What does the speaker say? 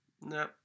no